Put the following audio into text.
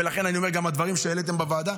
ולכן אני אומר שגם הדברים שהעליתם בוועדה,